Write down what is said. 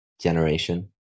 generation